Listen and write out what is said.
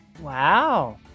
Wow